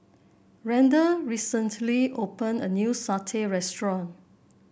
Randle recently opened a new satay restaurant